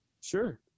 Sure